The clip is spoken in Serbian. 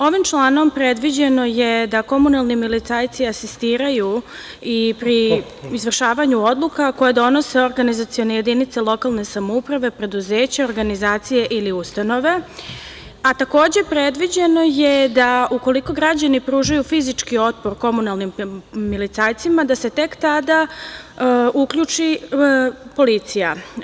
Ovim članom predviđeno je da komunalni milicajci asistiraju i pri izvršavanju odluka koje donose organizacione jedinice lokalne samouprave, preduzeća, organizacije ili ustanove, a takođe predviđeno je da, ukoliko građani pružaju fizički otpor komunalnim milicajcima, da se tek tada uključi policija.